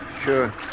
sure